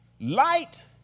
Light